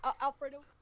Alfredo